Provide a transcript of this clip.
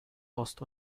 ost